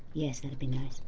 yes, that'd be nice.